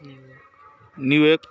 New York